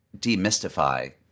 demystify